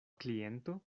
kliento